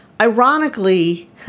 ironically